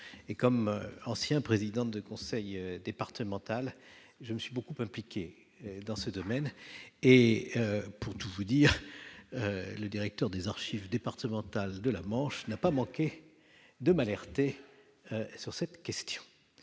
et comme ancien président du conseil départemental, je me suis beaucoup impliqué dans ce domaine et pour tout vous dire, le directeur des archives départementales de la Manche n'a pas manqué de m'alerter sur cette question